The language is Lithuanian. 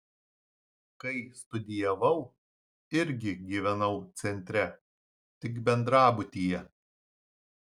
kai studijavau irgi gyvenau centre tik bendrabutyje